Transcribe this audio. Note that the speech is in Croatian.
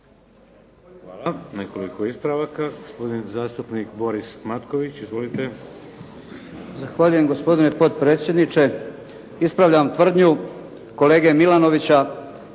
Hvala. Nekoliko ispravaka. Gospodin zastupnik Boris Matković. Izvolite. **Matković, Borislav (HDZ)** Zahvaljujem gospodine potpredsjedniče. Ispravljam tvrdnju kolege Milanovića